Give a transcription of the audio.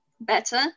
better